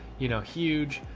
you know, huge.